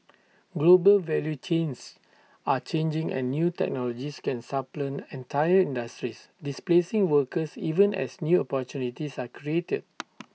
global value chains are changing and new technologies can supplant entire industries displacing workers even as new opportunities are created